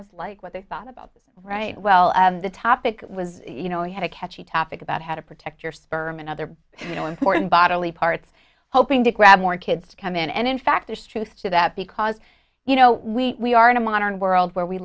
was like what they thought about the right well the topic was you know we had a catchy topic about how to protect your sperm and other you know important bodily parts hoping to grab more kids come in and in fact there's truth to that because you know we are in a modern world where we